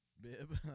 Bib